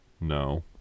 No